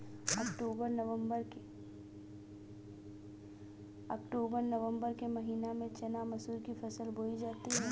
अक्टूबर नवम्बर के महीना में चना मसूर की फसल बोई जाती है?